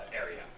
area